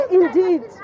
indeed